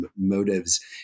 motives